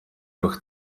durch